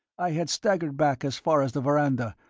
i had staggered back as far as the veranda,